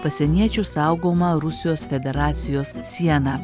pasieniečių saugoma rusijos federacijos siena